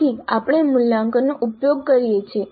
આથી આપણે મૂલ્યાંકનનો ઉપયોગ કરીએ છીએ